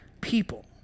people